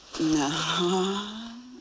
No